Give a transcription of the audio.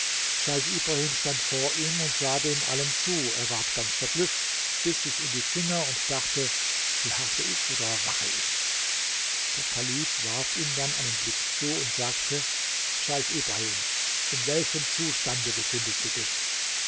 scheich ibrahim stand vor ihm und sah dem allem zu er ward ganz verblüfft biß sich in die finger und dachte schlafe ich oder wache ich der kalif warf ihm dann einen blick zu und sagte scheich ibrahim in welchem zustande befindest du dich